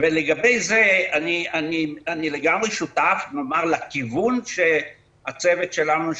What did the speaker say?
לגבי זה אני לגמרי שותף לכיוון שהצוות שלנו,